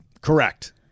Correct